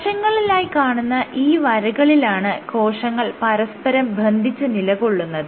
വശങ്ങളിലായി കാണുന്ന ഈ വരകളിലാണ് കോശങ്ങൾ പരസ്പരം ബന്ധിച്ച് നിലകൊള്ളുന്നത്